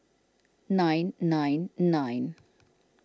nine nine nine